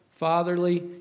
Fatherly